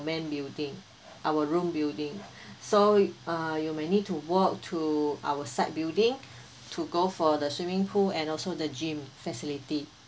main building our room building so uh you may need to walk to our side building to go for the swimming pool and also the gym facility